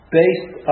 based